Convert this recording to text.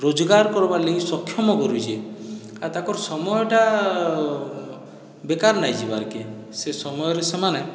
ରୋଜଗର କରିବା ଲାଗି ସକ୍ଷମ କରୁଛେଆଉ ତାଙ୍କର ସମୟଟା ବେକାର ନାଇଁ ଯିବାରକେ ସେ ସମୟରେ ସେମାନେ